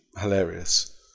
hilarious